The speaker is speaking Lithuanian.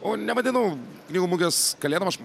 o nevadinu knygų mugės kalėdom aš